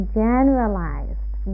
generalized